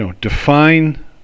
define